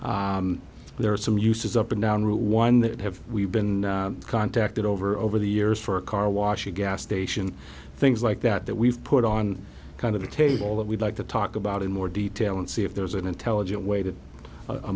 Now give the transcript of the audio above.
there are some uses up and down route one that have been contacted over over the years for a car wash a gas station things like that that we've put on kind of a table that we'd like to talk about in more detail and see if there's an intelligent way to